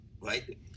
right